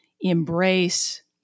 embrace